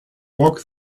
walk